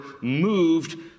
moved